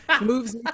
moves